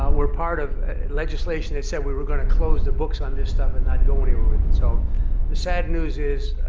were part of legislation that said, we're gonna close the books on this stuff and not go anywhere with it. so the sad news is,